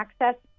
access